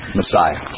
Messiah